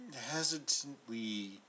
hesitantly